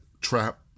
trap